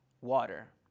water